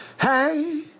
Hey